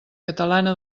catalana